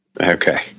Okay